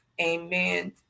Amen